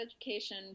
education